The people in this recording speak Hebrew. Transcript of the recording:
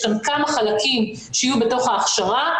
יש כאן כמה חלקים שיהיו בתוך ההכשרה,